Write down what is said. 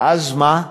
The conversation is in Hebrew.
ואז מה?